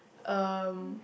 um